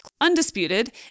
undisputed